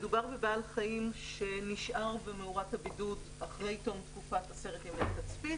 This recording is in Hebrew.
מדובר בבעל חיים שנשאר במאורת הבידוד אחרי תום תקופת עשרת ימי תצפית,